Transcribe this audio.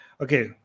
Okay